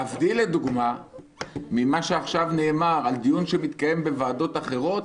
להבדיל ממה שעכשיו נאמר על דיון שמתקיים בוועדות אחרות,